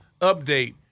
update